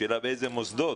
השאלה באיזה מוסדות.